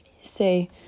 say